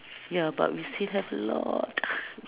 ya but we still have a lot